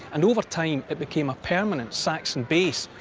and over time it became a permanent saxon base,